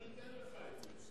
מי ייתן לך את זה?